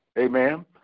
Amen